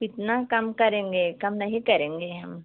कितना कम करेंगे कम नहीं करेंगे हम